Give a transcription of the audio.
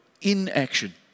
inaction